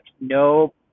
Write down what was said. no